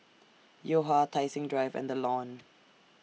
Yo Ha Tai Seng Drive and The Lawn